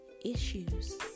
issues